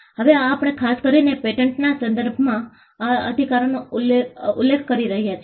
હવે આ આપણે ખાસ કરીને પેટન્ટના સંદર્ભમાં આ અધિકારોનો ઉલ્લેખ કરી રહ્યા છીએ